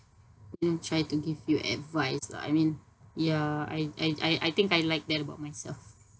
try to give you advice lah I mean ya I I I I think I like that about myself